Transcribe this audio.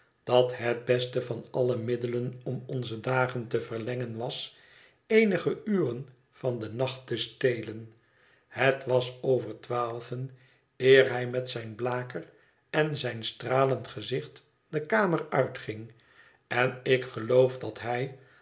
dat het beste van alle middelen om onze dagen te verlengen was eenige uren van den nacht te stelen het was over twaalven eer hij met zijn blaker en zijn stralend gezicht de kamer uitging en ik geloof dat hij